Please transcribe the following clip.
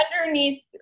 Underneath